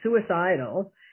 suicidal